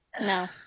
No